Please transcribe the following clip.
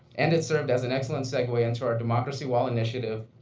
and it served as an excellent segue into our democracy wall initiative,